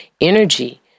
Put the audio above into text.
energy